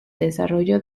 desarrollo